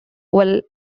willis